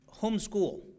Homeschool